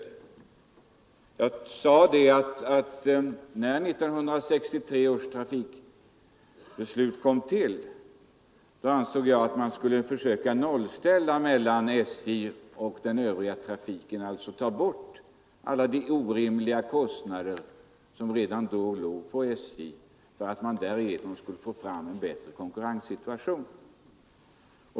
I mitt anförande sade jag, att när 1963 års trafikbeslut fattades ansåg jag att man skulle försöka nollställa mellan SJ och den övriga trafiken, dvs. ta bort alla de orimliga kostnader som redan då låg på SJ, för att därigenom få fram en bättre konkurrenssituation.